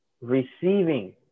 receiving